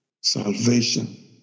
salvation